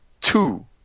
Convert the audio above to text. Two